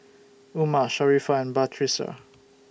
Umar Sharifah and Batrisya